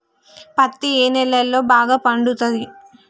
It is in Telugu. పత్తి ఏ నేలల్లో బాగా పండుతది?